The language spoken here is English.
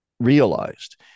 realized